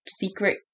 secret